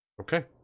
okay